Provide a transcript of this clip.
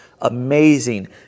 amazing